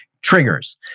Triggers